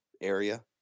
area